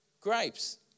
Grapes